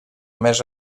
més